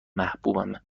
محبوبمه